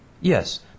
Yes